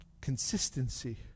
consistency